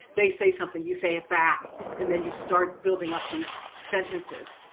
they say something, you say it back and then you start building up these sentences.